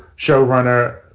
showrunner